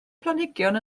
planhigion